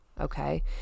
Okay